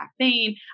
caffeine